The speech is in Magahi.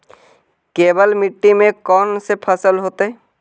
केवल मिट्टी में कौन से फसल होतै?